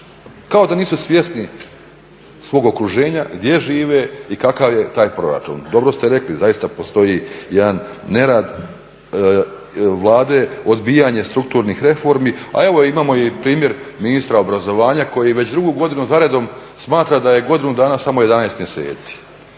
Kao da nisu svjesni svog okruženja, gdje žive i kakav je taj proračun. Dobro ste rekli, zaista postoji jedan nerad Vlade, odbijanje strukturnih reformi, a evo, imamo i primjer ministra obrazovanja koji već drugu godinu za redom smatra da je godinu dana samo 11 mjeseci.